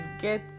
get